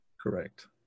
Correct